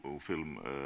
film